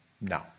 No